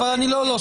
לא,